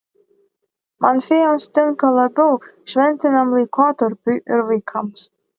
man fėjos tinka labiau šventiniam laikotarpiui ir vaikams